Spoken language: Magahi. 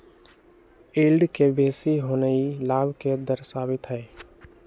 यील्ड के बेशी होनाइ लाभ के दरश्बइत हइ